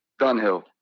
Dunhill